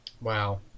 Wow